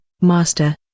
Master